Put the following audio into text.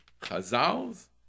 chazals